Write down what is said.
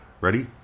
Ready